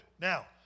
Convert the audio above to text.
Now